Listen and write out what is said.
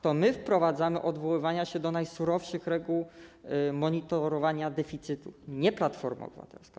To my wprowadzamy odwoływanie się do najsurowszych reguł monitorowania deficytu, nie Platforma Obywatelska.